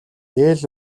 дээл